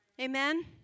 Amen